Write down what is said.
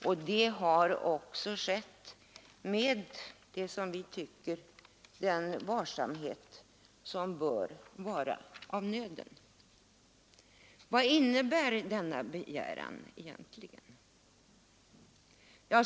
Denna översyn har enligt vår mening skett med den varsamhet som bör vara av nöden. Vad innebär då utskottsmajoritetens begäran?